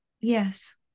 yes